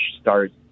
start